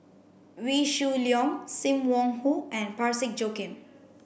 Wee Shoo Leong Sim Wong Hoo and Parsick Joaquim